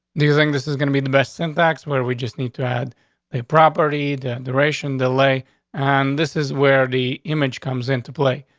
do you think this is gonna be the best syntax where we just need to add the property? the duration delay on and this is where the image comes into play.